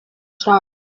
star